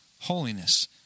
holiness